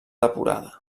depurada